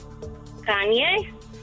Kanye